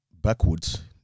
backwards